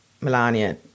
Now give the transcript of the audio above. Melania